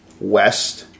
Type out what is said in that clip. west